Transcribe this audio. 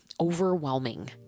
overwhelming